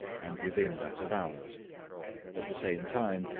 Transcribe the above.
and within that of ours at the same time,